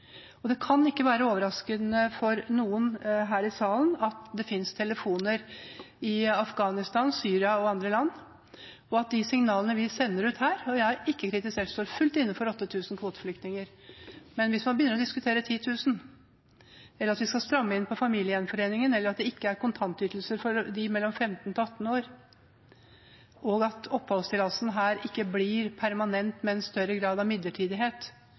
Det kan ikke være overraskende for noen her i salen at det finnes telefoner i Afghanistan, Syria og andre land, og at de signalene vi sender ut herfra, når fram. Jeg har ikke kritisert, jeg står fullt ut inne for 8 000 kvoteflyktninger, men hvis man begynner å diskutere 10 000, eller at vi skal stramme inn på familiegjenforening, eller at det ikke er kontantytelser for dem mellom 15 og 18 år, og at oppholdstillatelsen her ikke blir permanent, men at det blir en større grad av midlertidighet